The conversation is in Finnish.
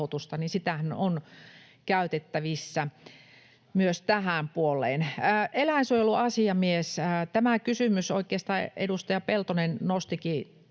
tki-rahoitustahan on käytettävissä myös tähän puoleen. Eläinsuojeluasiamies — oikeastaan edustaja Peltonen nostikin